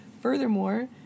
Furthermore